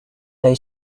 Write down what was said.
they